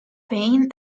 pain